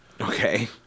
Okay